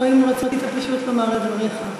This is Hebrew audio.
או האם רצית פשוט לומר את דבריך?